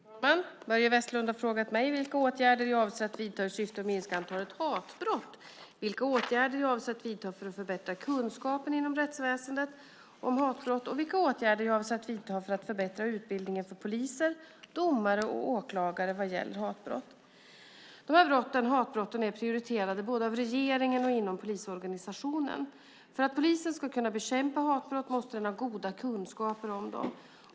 Herr talman! Börje Vestlund har frågat mig vilka åtgärder jag avser att vidta i syfte att minska antalet hatbrott, vilka åtgärder jag avser att vidta för att förbättra kunskapen inom rättsväsendet om hatbrott och vilka åtgärder jag avser att vidta för att förbättra utbildningen för poliser, domare och åklagare vad gäller hatbrott. Hatbrotten är prioriterade både av regeringen och inom polisorganisationen. För att polisen ska kunna bekämpa hatbrott måste den ha goda kunskaper om dem.